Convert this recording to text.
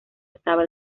estaba